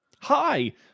Hi